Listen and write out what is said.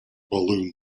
balloon